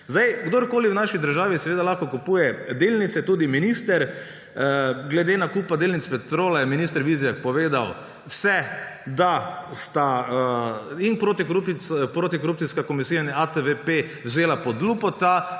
lahko kdorkoli v naši državi kupuje delnice, tudi minister. Glede nakupa delnic Petrola je minister Vizjak povedal vse, da sta in Protikorupcijska komisija in ATV vzela pod lupo ta